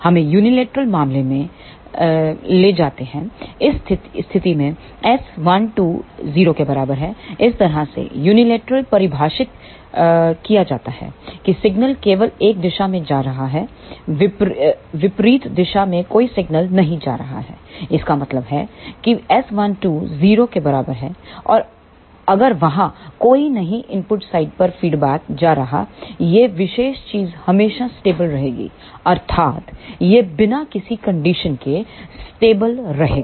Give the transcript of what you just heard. हमें यूनिलैटरल मामले में ले जाते हैं इस स्थिति में S12 0 इस तरह से यूनिलैटरल परिभाषित किया जाता है कि सिग्नल केवल एक दिशा में जा रहा है विपरीत दिशा में कोई सिग्नल नहीं जा रहा है इसका मतलब है कि S12 0 और अगर वहाँ कोई नहीं इनपुट साइड पर फीडबैक जा रहा यह विशेष चीज हमेशा स्टेबल रहेगी अर्थात यह बिना किसी कंडीशन के स्टेबल रहेगा